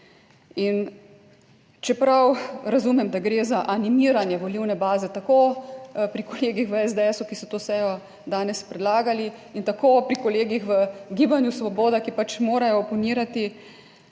če prav razumem, da gre za animiranje volilne baze, tako pri kolegih v SDS, ki so to sejo danes predlagali, in tako pri kolegih v Gibanju Svoboda, ki pač morajo oponirati,